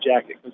jacket